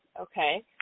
okay